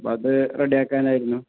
അപ്പം അത് റെഡിയാക്കാനായിരുന്നു